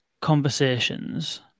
conversations